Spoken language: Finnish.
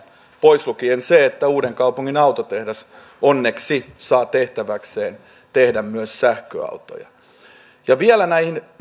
pois lukien se että uudenkaupungin autotehdas onneksi saa tehtäväkseen tehdä myös sähköautoja vielä näihin